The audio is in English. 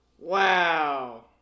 Wow